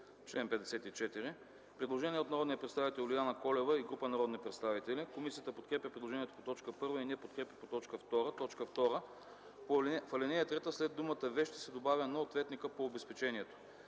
чл. 54 има предложение на народния представител Юлияна Колева и група народни представители. Комисията подкрепя предложението по т. 1 и не подкрепя по т. 2: „2. В ал. 3 след думата „вещи” се добавя „на ответника по обезпечението”.